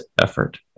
effort